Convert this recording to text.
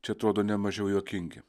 čia atrodo ne mažiau juokingi